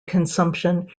consumption